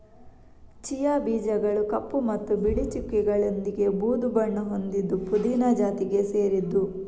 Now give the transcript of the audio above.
chia ಬೀಜಗಳು ಕಪ್ಪು ಮತ್ತು ಬಿಳಿ ಚುಕ್ಕೆಗಳೊಂದಿಗೆ ಬೂದು ಬಣ್ಣ ಹೊಂದಿದ್ದು ಪುದೀನ ಜಾತಿಗೆ ಸೇರಿದ್ದು